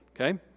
Okay